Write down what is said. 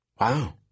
Wow